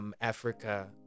Africa